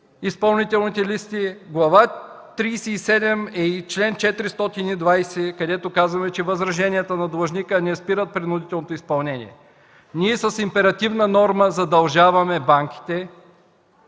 тридесет и седма е и чл. 420, където казваме, че възраженията на длъжника не спират принудителното изпълнение. Ние с императивна форма задължаваме банките